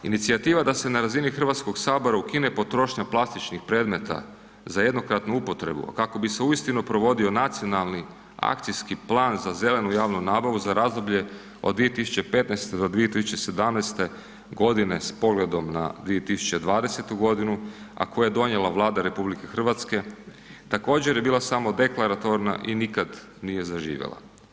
Inicijativa da se na razini HS ukine potrošnja plastičnih predmeta za jednokratnu upotrebu, a kako bi se uistinu provodio Nacionalni akcijski plan za zelenu javnu nabavu za razdoblje od 2015. do 2017.g. s pogledom na 2020.g., a koji je donijela Vlada RH također je bila samo deklaratorna i nikad nije zaživjela.